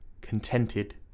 contented